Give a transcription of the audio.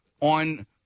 on